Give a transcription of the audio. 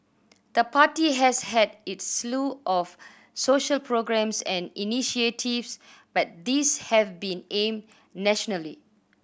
the party has had its slew of social programmes and initiatives but these have been aimed nationally